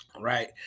right